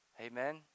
Amen